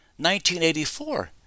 1984